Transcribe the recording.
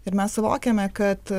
ir mes suvokiame kad